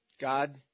God